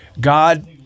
God